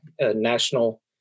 national